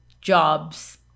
jobs